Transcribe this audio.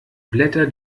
blätter